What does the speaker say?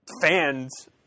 fans